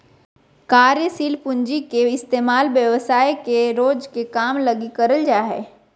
कार्यशील पूँजी के इस्तेमाल व्यवसाय के रोज के काम लगी करल जा हय